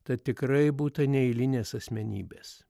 tad tikrai būta neeilinės asmenybės